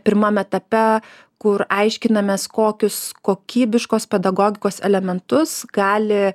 pirmam etape kur aiškinamės kokius kokybiškos pedagogikos elementus gali